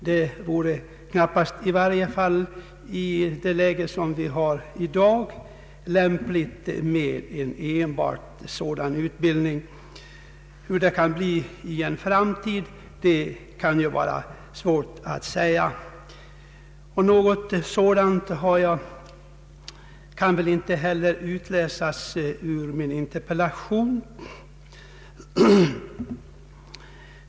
Det vore knappast — i varje fall i det läge som vi har i dag — lämpligt med en separat utbildning av detta slag. Hur det kan bli i framtiden är svårt att säga. Något sådant förslag kan väl inte heller utläsas ur min interpellation.